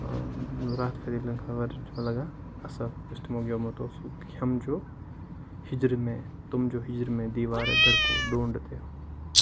راحت فتح علی خانُن ورجن چھُ مےٚ لَگان اَصٕل یُس تِمو گٮ۪ومُت اوس ہُہ ہَم جو ہِجر میں تُم جو ہِجر میں دیوارے در کو ڈھونڈتے ہو